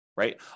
right